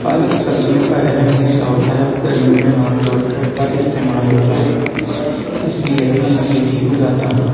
پالک سبزیوں کا اہم حصہ ہوتا ہے اور گرمیوں میں عام طور تر پر استعمال ہوتا ہے اس لیے میں اِسے بھی اگاتا ہوں